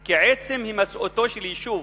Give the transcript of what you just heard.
כי עצם הימצאותו של יישוב